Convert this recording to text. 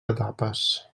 etapes